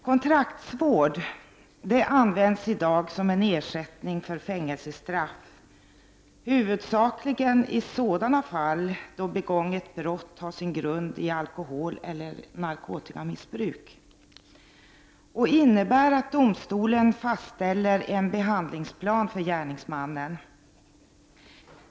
Kontraktsvård används i dag som ersättning för fängelsestraff, huvudsakligen i sådan fall då begånget brott har sin grund i alkoholeller narkotikamissbruk. Kontraktsvård innebär att domstolen fastställer en behandlingsplan för gärningsmannen.